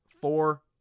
four